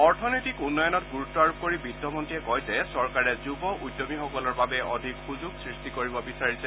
অৰ্থনৈতিক উন্নয়নত ণ্ডৰুত্ব আৰোপ কৰি বিত্তমন্ত্ৰীয়ে কয় যে চৰকাৰে যুৱ উদ্যমীসকলৰ বাবে অধিক সুযোগ সৃষ্টি কৰিব বিচাৰিছে